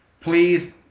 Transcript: Please